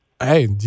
Hey